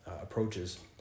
approaches